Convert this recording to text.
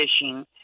fishing